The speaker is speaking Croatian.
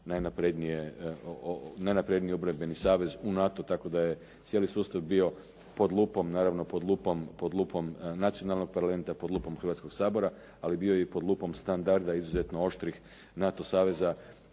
pozvan u najnapredniji obrambeni savez, u NATO tako da je cijeli sustav bio naravno pod lupom nacionalnog parlamenta, pod lupom Hrvatskog sabora, ali bio je i pod lupom standarda izuzetno oštrih NATO saveza,